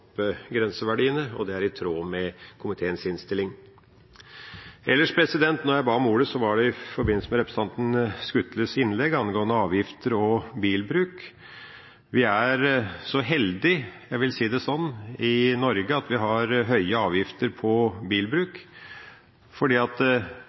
opp grenseverdiene, og det er i tråd med komiteens innstilling. Når jeg ba om ordet, var det i forbindelse med representanten Skutles innlegg angående avgifter og bilbruk. Vi er så heldige – jeg vil si det sånn – i Norge at vi har høye avgifter på